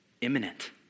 Imminent